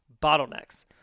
bottlenecks